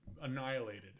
annihilated